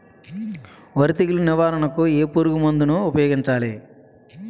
వరి తెగుల నివారణకు ఏ పురుగు మందు ను ఊపాయోగించలి?